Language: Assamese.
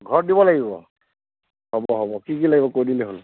ঘৰত দিব লাগিব হ'ব হ'ব কি কি লাগিব কৈ দিলেই হ'ল